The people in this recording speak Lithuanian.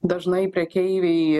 dažnai prekeiviai